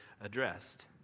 addressed